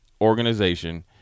organization